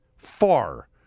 Far